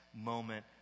moment